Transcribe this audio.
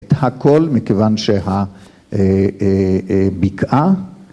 ‫את הכול מכיוון שהבקעה.